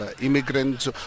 immigrants